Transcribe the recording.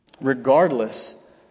Regardless